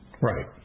Right